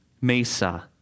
Mesa